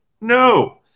No